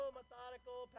methodical